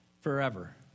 forever